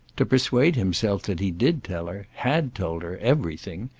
to persuade himself that he did tell her, had told her, everything,